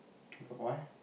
but why